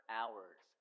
hours